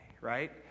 right